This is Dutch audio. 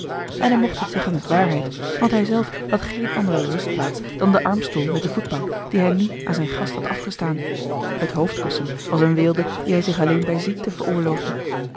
en hij mocht dit zeggen met waarheid want hij zelf had geene andere rustplaats dan den armstoel met de voetbank dien hij nu aan zijn gast had afgestaan het hoofdkussen was eene weelde die hij zich alleen bij ziekte veroorloofde